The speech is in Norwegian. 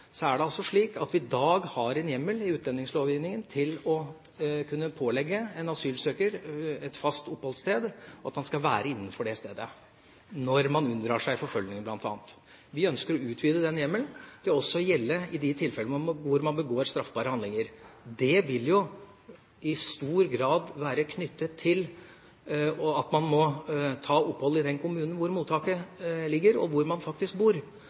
er det altså slik at vi i dag har en hjemmel i utlendingslovgivningen for å kunne pålegge en asylsøker et fast oppholdssted, at han skal være innenfor det stedet – når de unndrar seg forfølging bl.a. Vi ønsker å utvide den hjemmelen til også å gjelde i de tilfellene hvor man begår straffbare handlinger. Det vil jo i stor grad være knyttet til at de må ta opphold i den kommunen hvor mottaket ligger, og hvor de faktisk bor.